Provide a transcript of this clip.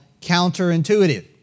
counterintuitive